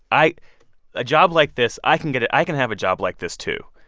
i a job like this i can get a i can have a job like this, too.